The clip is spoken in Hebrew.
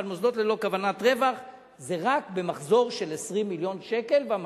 במוסדות ללא כוונת רווח זה רק במחזור של 20 מיליון שקל ומעלה.